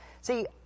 See